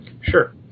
Sure